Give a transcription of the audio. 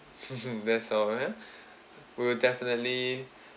that's all ya we will definitely